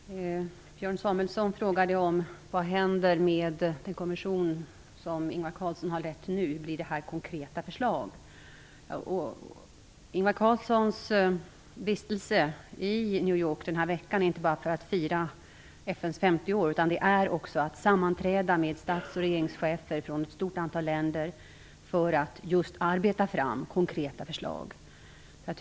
Fru talman! Björn Samuelson frågade vad som nu händer med den kommission som Ingvar Carlsson har lett och om det här blir konkreta förslag. Ingvar Carlssons vistelse i New York den här veckan har syftet inte bara att delta i firandet av FN:s 50 år utan också att sammanträda med stats och regeringschefer från ett stort antal länder för att just arbeta fram konkreta förslag.